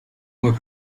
mois